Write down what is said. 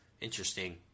interesting